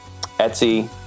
Etsy